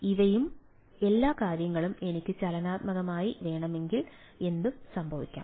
അതിനാൽ ഇവയും എല്ലാ കാര്യങ്ങളും എനിക്ക് ചലനാത്മകമായി വേണമെങ്കിൽ എന്ത് സംഭവിക്കും